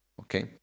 okay